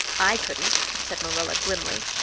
i couldn't, said marilla grimly.